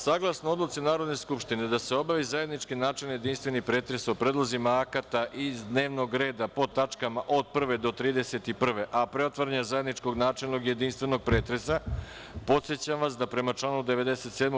Saglasno odluci Narodne skupštine da se obavi zajednički načelni i jedinstveni pretres o predlozima akata iz dnevnog reda, po tačkama od 1. do 31, a pre otvaranja zajedničkog načelnog i jedinstvenog pretresa, podsećam vas da, prema članu 97.